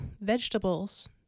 vegetables